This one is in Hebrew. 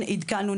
עדכנו נהלים,